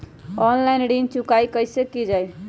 Online ऋण चुकाई कईसे की ञाई?